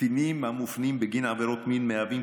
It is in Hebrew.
קטינים המופנים בגין עבירות מין מהווים